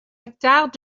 hectares